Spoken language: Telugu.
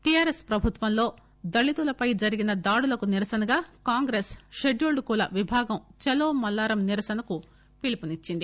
టిఆర్ఎస్ ప్రభుత్వంలో దళితులపై జరిగిన దాడులకు నిరసనగా కాంగ్రెస్ షెడ్యూల్ల్ కుల విభాగం చలో మల్లారం నిరసనకు పిలుపునిచ్చింది